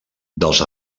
dels